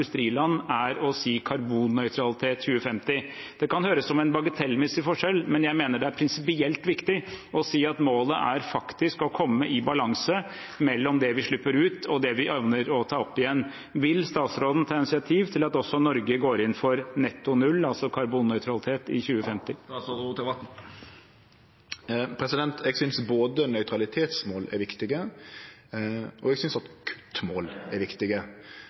er å si karbonnøytralitet 2050. Det kan høres ut som en bagatellmessig forskjell, men jeg mener at det er prinsipielt viktig å si at målet er faktisk å komme i balanse mellom det vi slipper ut, og det vi evner å ta opp igjen. Vil statsråden ta initiativ til at også Norge går inn for netto null, altså karbonnøytralitet, i 2050? Eg synest både nøytralitetsmål og kuttmål er viktige. Noreg sitt mål for 2050 er